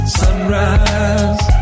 sunrise